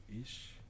ish